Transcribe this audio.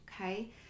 Okay